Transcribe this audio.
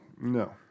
No